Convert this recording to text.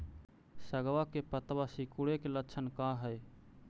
सगवा के पत्तवा सिकुड़े के लक्षण का हाई?